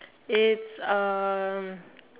it's um